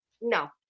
no